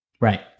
Right